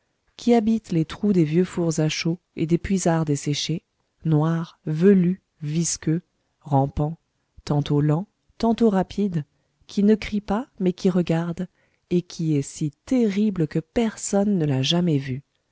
qui habite les trous des vieux fours à chaux et des puisards desséchés noir velu visqueux rampant tantôt lent tantôt rapide qui ne crie pas mais qui regarde et qui est si terrible que personne ne l'a jamais vu